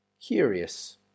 curious